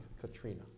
Katrina